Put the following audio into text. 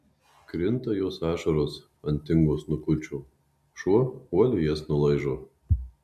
krinta jos ašaros ant tingo snukučio šuo uoliai jas nulaižo